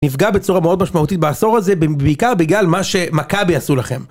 נפגע בצורה מאוד משמעותית בעשור הזה, בעיקר בגלל מה שמכבי עשו לכם.